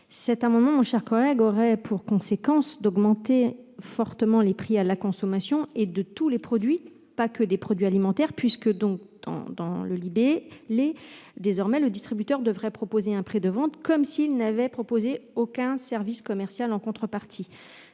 le calcul du SRP. Cela aurait pour conséquence d'augmenter fortement les prix à la consommation de tous les produits, pas seulement des produits alimentaires, puisque, désormais, le distributeur devrait proposer un prix de vente comme s'il n'avait proposé aucun service commercial en contrepartie.